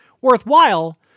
worthwhile